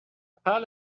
pas